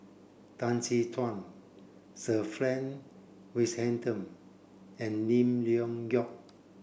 Tan Chin Tuan Sir Frank Swettenham and Lim Leong Geok